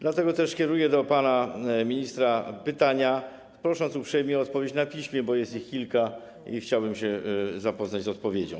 Dlatego też kieruję do pana ministra pytania, prosząc uprzejmie o odpowiedź na piśmie, bo jest ich kilka i chciałbym zapoznać się z odpowiedzią.